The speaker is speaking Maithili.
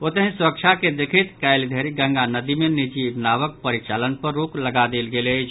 ओतहि सुरक्षा के देखैत काल्हि धरि गंगा नदि मे निजि नावक परिचालन पर रोक लगा देल गेल अछि